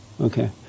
Okay